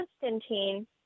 Constantine